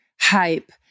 hype